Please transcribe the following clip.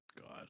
God